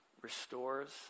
restores